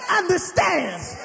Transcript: understands